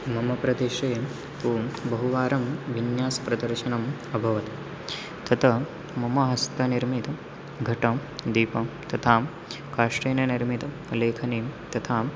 मम प्रदेशे तु बहुवारं विन्यासप्रदर्शनम् अभवत् तत् मम हस्तनिर्मितं घटं दीपं तथा काष्ठेन निर्मितं लेखनीं तथा